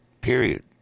period